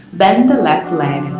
bend the left leg.